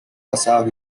basados